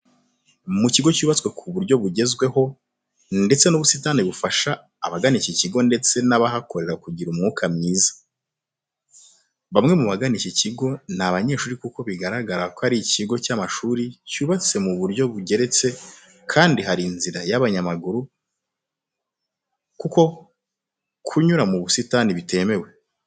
Mu kigo cyubatswe ku buryo bugezweho, ndetse n'ubusitani bufasha abagana iki kigo ndetse n'abahakorera kugira umwuka mwiza. Bamwe mu bagana iki kigo ni abanyeshuri kuko biragaragara ko ari ikigo cy'amashuri cyubatse mu buryo bugeretse kandi hari inzira y'abanyamaguru kuko kunyura mu busitani bitemewe.